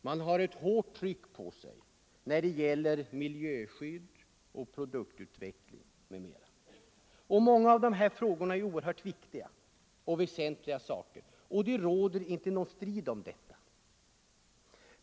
De har ett hårt tryck på sig när det gäller miljöskydd, produktutveckling m.m. Många av dessa frågor är oerhört viktiga och väsentliga, och det råder inte någon strid om detta.